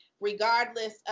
Regardless